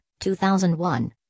2001